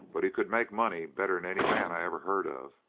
but he could make money better'n any man i ever heard of.